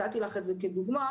טיפוליים,